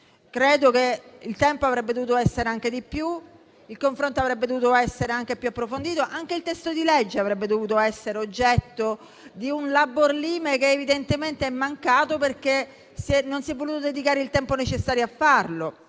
credo che il tempo avrebbe dovuto essere anche di più. Il confronto avrebbe dovuto essere anche più approfondito. E anche il testo di legge avrebbe dovuto essere oggetto di un *labor limae* che evidentemente è mancato, perché non si è voluto dedicare il tempo necessario a farlo,